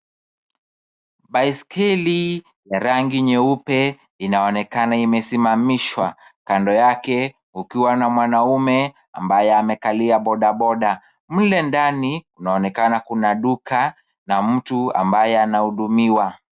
Baiskeli ya rangi nyeupe inaonekana imesimamishwa kando yake kukiwa na mwanaume ambaye amekalia bodaboda. Mle ndani kunaonekana kuna duka na mtu ambaye anahudumiwa.